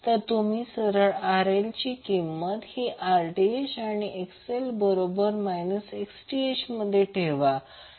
तर तुम्ही सरळ RL ची किंमत Rth आणि XL बरोबर Xth ठेवा